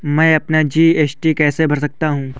मैं अपना जी.एस.टी कैसे भर सकता हूँ?